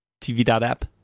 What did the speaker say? TV.app